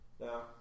now